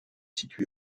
située